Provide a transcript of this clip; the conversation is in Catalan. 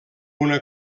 una